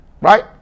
right